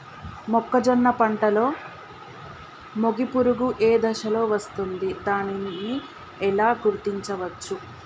మొక్కజొన్న పంటలో మొగి పురుగు ఏ దశలో వస్తుంది? దానిని ఎలా గుర్తించవచ్చు?